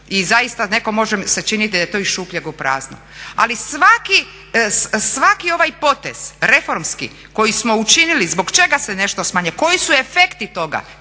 i zaista nekom može se činiti da je to iz šupljeg u prazno. Ali svaki ovaj potez reformski koji smo učinili zbog čega se nešto smanjuje, koji su efekti toga,